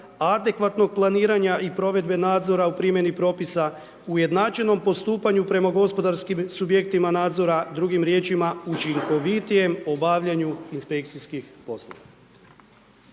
adekvatnog planiranja i provedbe nadzora u primjeni propisa, ujednačenom postupanju prema gospodarskim subjektima nadzora, drugim riječima učinkovitijem obavljanju inspekcijskih poslova.